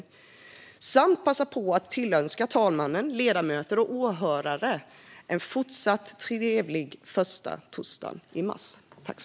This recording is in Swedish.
Jag vill också passa på att tillönska talmannen, ledamöter och åhörare en fortsatt trevlig "fössta tossdan i mass".